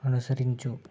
అనుసరించు